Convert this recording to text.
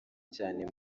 cyane